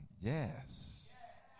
Yes